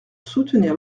soutenir